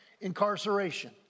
incarceration